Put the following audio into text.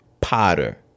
potter